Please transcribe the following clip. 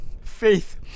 faith